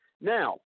Now